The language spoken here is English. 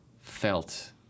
felt